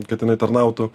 kad jinai tarnautų